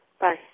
Bye